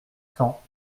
cents